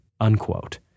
Unquote